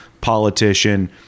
politician